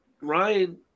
ryan